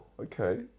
Okay